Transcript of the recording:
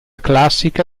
classica